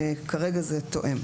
כרגע זה תואם.